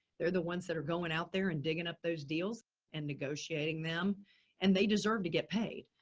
they're the ones that are going out there and digging up those deals and negotiating them and they deserve to get paid.